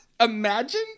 Imagine